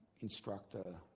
instructor